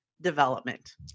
development